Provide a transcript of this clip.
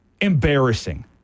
embarrassing